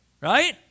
Right